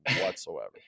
whatsoever